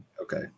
Okay